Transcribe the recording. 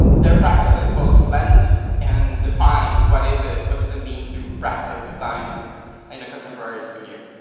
and their practices both blend and define what is it what does it mean to practice design in a contemporary studio